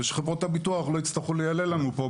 ושחברות הביטוח לא יצטרכו ליילל לנו פה?